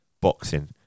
boxing